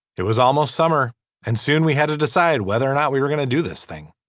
it was almost summer and soon we had to decide whether or not we were going to do this thing